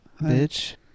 Bitch